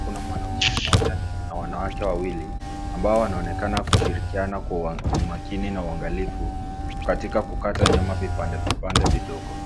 Kuna mwanaume mmoja na wanawake wawili, ambao wanaonekana kushirikiana kwa umakini na uangalifu katika kukata nyama vipandevipande vidogo.